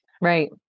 Right